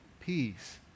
peace